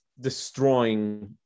destroying